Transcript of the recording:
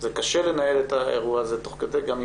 קשה לנהל את האירוע הזה דרך זום.